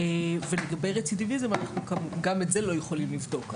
לגבי רצידיביזם אנחנו גם את זה לא יכולים לבדוק.